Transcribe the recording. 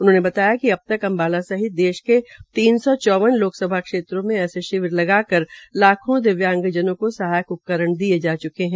उन्होंने बताया कि अब तक अम्बाला सहित देश के तीन सौ चौवन लोकसभा क्षेत्रों मे ऐसे शिविर लगाकर लाखों दिव्यांगजनों का सहायक उपकरण दिये जा च्के है